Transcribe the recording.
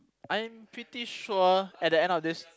I'm pretty sure at the end of this